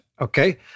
Okay